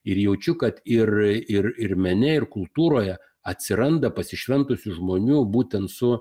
ir jaučiu kad ir ir ir mene ir kultūroje atsiranda pasišventusių žmonių būtent su